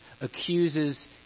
accuses